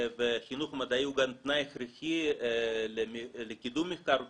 וחינוך מדעי הוא גם תנאי הכרחי לקידום מחקר ופיתוח,